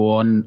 on